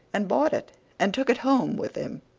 and bought it and took it home with him.